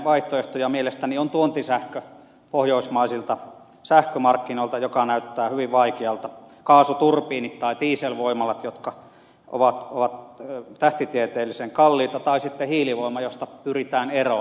vaihtoehtoja nimittäin mielestäni ovat tuontisähkö pohjoismaisilta sähkömarkkinoilta joka näyttää hyvin vaikealta kaasuturbiinit tai dieselvoimalat jotka ovat tähtitieteellisen kalliita tai sitten hiilivoima josta pyritään eroon